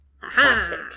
Classic